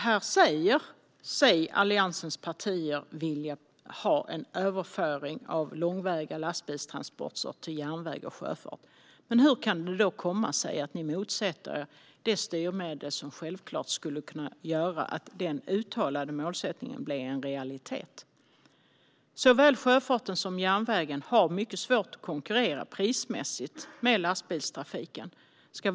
Här säger sig Alliansens partier vilja ha en överföring av långväga lastbilstransporter till järnväg och sjöfart, men hur kan det då komma sig att ni motsätter er det styrmedel som självklart skulle kunna göra att den uttalade målsättningen blir en realitet? Såväl sjöfarten som järnvägen har mycket svårt att konkurrera prismässigt med lastbilstrafiken.